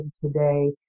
today